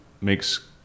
makes